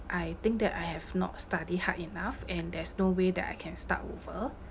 I think that I have not studied hard enough and there's no way that I can start over